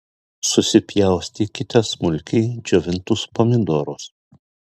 susipjaustykite smulkiai džiovintus pomidorus